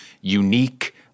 unique